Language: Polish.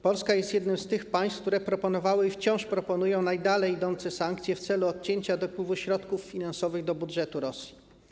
Polska jest jednym z państw, które proponowały i wciąż proponują nakładanie najdalej idących sankcji w celu odcięcia dopływu środków finansowych do budżetu Rosji.